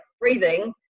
breathing